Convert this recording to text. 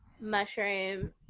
mushroom